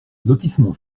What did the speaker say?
lotissement